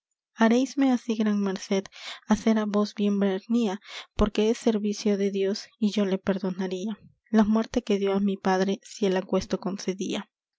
haréisme así gran merced hacer á vos bien vernía porques servicio de dios y yo le perdonaría la muerte que dió á mi padre si él aquesto concedía